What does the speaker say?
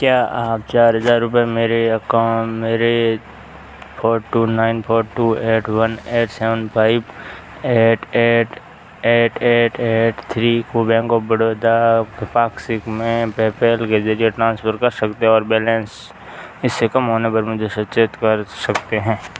क्या आप चार हज़ार रुपये मेरे अकाऊं मेरे four two nine four two eight one eight seven five eight eight eight eight eight three को बैंक ऑफ़ बड़ौदा पाक्षिक में पेपैल के ज़रिए ट्रांसफर कर सकते हैं और बैलेंस इससे कम होने पर मुझे सचेत कर सकते हैं